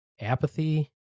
apathy